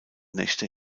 nächte